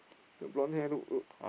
the blonde hair look look